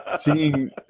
seeing